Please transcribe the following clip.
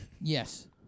Yes